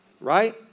Right